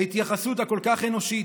ההתייחסות הכל-כך אנושית,